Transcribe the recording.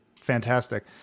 fantastic